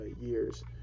years